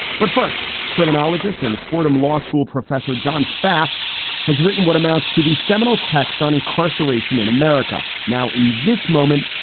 but first, criminologist and fordham law school professor john pfaff has written what amounts to the seminal text on incarceration in america. now, in this moment,